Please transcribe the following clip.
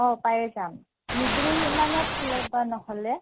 অঁ পাই যাম মিডিলমানত ল'ব নহ'লে